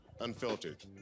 Unfiltered